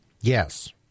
Yes